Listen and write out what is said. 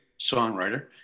songwriter